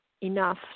enough